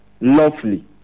lovely